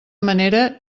manera